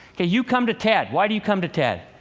ah you come to ted. why do you come to ted?